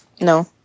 No